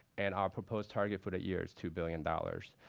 and our proposed target for the year two billion dollars.